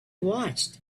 watched